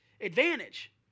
advantage